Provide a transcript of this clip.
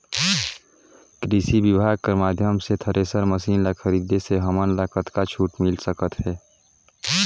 कृषि विभाग कर माध्यम से थरेसर मशीन ला खरीदे से हमन ला कतका छूट मिल सकत हे?